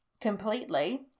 completely